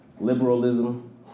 liberalism